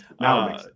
Now